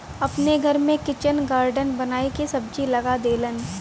अपने घर में किचन गार्डन बनाई के सब्जी लगा देलन